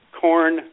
corn